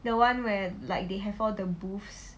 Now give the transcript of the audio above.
the one where like they have all the booths